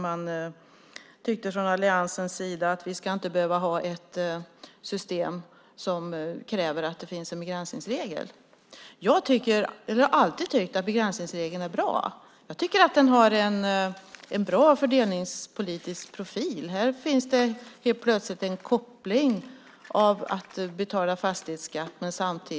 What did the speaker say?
Man tyckte från alliansens sida att vi inte ska behöva ha ett system som kräver att det finns en begränsningsregel. Jag har alltid tyckt att begränsningsregeln är bra. Jag tycker att den har en bra fördelningspolitisk profil. Där finns det en koppling till förmågan att betala fastighetsskatt.